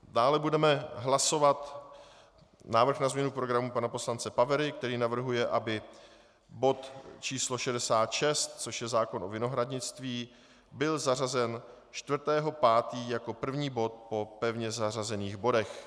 Dále budeme hlasovat návrh na změnu programu pana poslance Pavery, který navrhuje, aby bod číslo 66, což je zákon o vinohradnictví, byl zařazen 4. 5. jako první bod po pevně zařazených bodech.